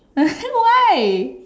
why